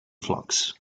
flocks